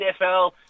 NFL